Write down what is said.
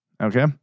Okay